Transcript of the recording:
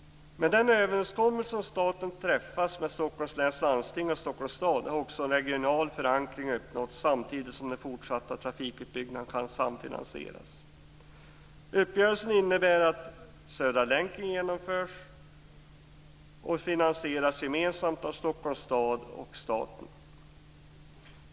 Med den överenskommelse som staten träffat med Stockholms läns landsting och Stockholms stad har alltså regional förankring uppnåtts samtidigt som den fortsatta trafikutbyggnaden kan samfinansieras. Uppgörelsen innebär att Södra länken genomförs och finansieras gemensamt av Stockholms stad och staten.